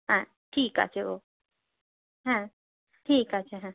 হ্যাঁ ঠিক আছে গো হ্যাঁ ঠিক আছে হ্যাঁ